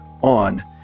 on